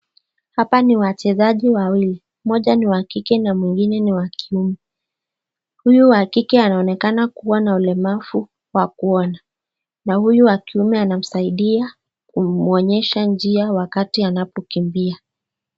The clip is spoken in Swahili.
Hapa ni wachezaji wawili, moja ni wa kike na mwingine ni wa kiume. Huyu wa kike anaonekana kuwa na ulemavu wa kuona na huyu wa kiume anamsaidia kumwonyesha njia wakati anapokimbia.